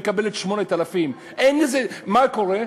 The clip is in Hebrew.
מקבלת 8,000. מה קורה?